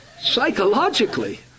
Psychologically